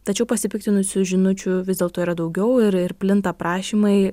tačiau pasipiktinusių žinučių vis dėlto yra daugiau ir ir plinta prašymai